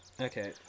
Okay